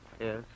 Yes